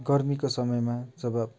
गर्मीको समयमा जब